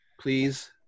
Please